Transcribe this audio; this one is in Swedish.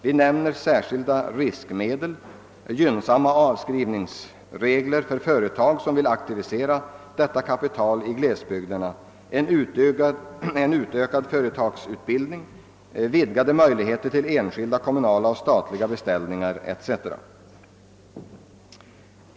Vi nämner bl.a. särskilda riskmedel, gynnsamma <avskrivningsregler för företag som vill aktivisera kapital i glesbygderna, en utökad före tagarutbildning, vidgade möjligheter till enskilda, kommunala och statliga beställningar.